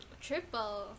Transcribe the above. Triple